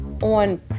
on